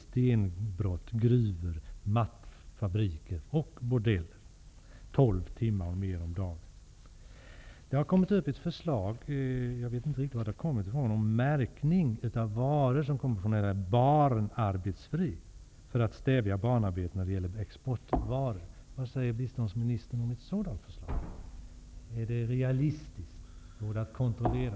Det handlar om helt andra saker -- Det har kommit ett förslag om märkning av varor som kommer från länder som inte har barnarbetare, för att stävja barnarbete med framställning av exportvaror. Vad säger biståndsministern om ett sådant förslag? Är det realistiskt? Går det att kontrollera?